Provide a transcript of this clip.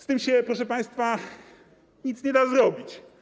Z tym się, proszę państwa, nic nie da zrobić.